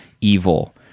evil